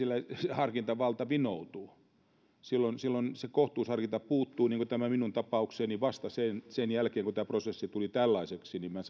harkintavalta vinoutuu silloin silloin se kohtuusharkinta puuttuu niin kuin tässä minun tapauksessani vasta sen sen jälkeen kun tämä prosessi tuli tällaiseksi minä